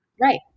Right